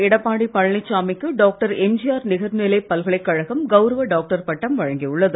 எடப்பாடி பழனிசாமிக்கு டாக்டர் எம்ஜிஆர் நிகர்நிலை பல்கலைக்கழகம் கவுரவ டாக்டர் பட்டம் வழங்கியுள்ளது